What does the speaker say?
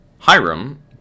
Hiram